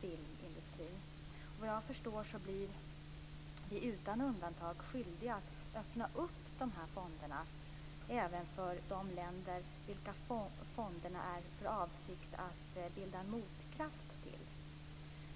Såvitt jag förstår blir vi utan undantag skyldiga att öppna dessa fonder även för de länder vilka fonderna är avsedda att bilda en motkraft till.